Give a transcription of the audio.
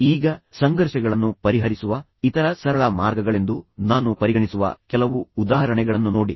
ಈಗ ಸಂಘರ್ಷಗಳನ್ನು ಪರಿಹರಿಸುವ ಇತರ ಸರಳ ಮಾರ್ಗಗಳೆಂದು ನಾನು ಪರಿಗಣಿಸುವ ಕೆಲವು ಉದಾಹರಣೆಗಳನ್ನು ನೋಡಿ